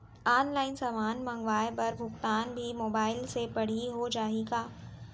Online समान मंगवाय बर भुगतान भी मोबाइल से पड़ही हो जाही का?